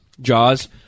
Jaws